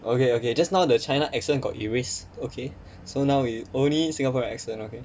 okay okay just now the china accent got erase okay so now we only singapore accent okay